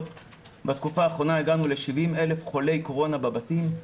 בתקופה האחרונה הגענו ל-70,000 חולי קורונה בבתים.